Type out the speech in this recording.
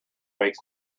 makes